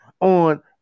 on